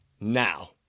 now